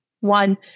one